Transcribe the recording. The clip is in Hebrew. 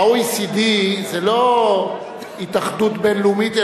ה-OECD זה לא התאחדות בין-לאומית,